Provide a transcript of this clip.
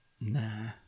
Nah